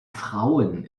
frauen